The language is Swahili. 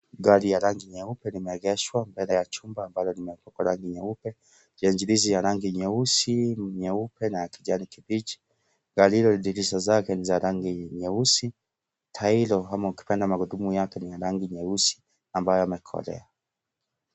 Gari ya rangi nyeupe limeegeshwa mbele ya chumba ambalo limepakwa rangi nyeupe yenye michirizi ya rangi nyeusi , nyeupe na ya kijani kibichi. Gari hilo dirisha zake ni za rangi nyeusi tailo ama ukipenda magurudumu yake ni ya rangi nyeusi ambayo yamekolea.